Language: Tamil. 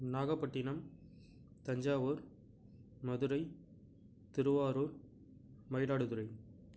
நாகப்பட்டினம் தஞ்சாவூர் மதுரை திருவாரூர் மயிலாடுதுறை